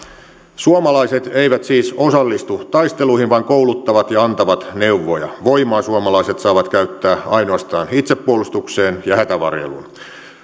suomalaiset eivät siis osallistu taisteluihin vaan kouluttavat ja antavat neuvoja voimaa suomalaiset saavat käyttää ainoastaan itsepuolustukseen ja hätävarjeluun